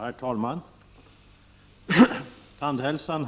Herr talman! Tandhälsan